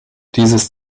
dieses